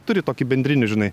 turi tokį bendrinį žinai